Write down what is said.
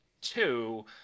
two